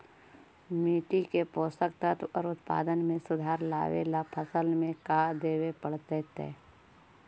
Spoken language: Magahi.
मिट्टी के पोषक तत्त्व और उत्पादन में सुधार लावे ला फसल में का देबे पड़तै तै?